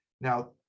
Now